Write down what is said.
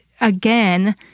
again